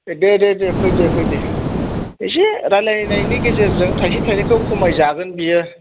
दे दे दे फै दे फै दे एसे रायलायनायनि गेजेरजों थायसे थायनैखौ खमाय जागोन बियो